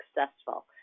successful